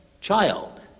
Child